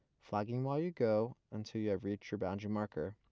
flagging while you go, until you have reached your boundary marker.